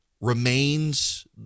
remains